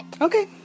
Okay